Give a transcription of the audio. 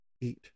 eat